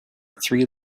three